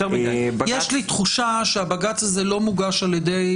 יש לי תחושה שהבג"ץ הזה לא מוגש על ידי